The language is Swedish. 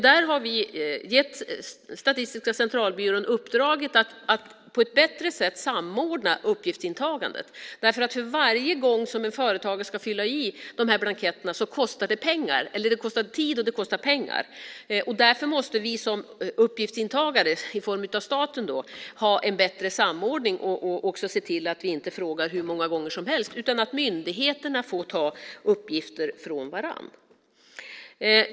Där har vi gett Statistiska centralbyrån uppdraget att på ett bättre sätt samordna uppgiftsintagandet. Varje gång som en företagare ska fylla i de här blanketterna kostar det tid och pengar. Därför måste vi som uppgiftsintagare, i form av staten, ha en bättre samordning och också se till att vi inte frågar hur många gånger som helst utan att myndigheterna får ta uppgifter från varandra.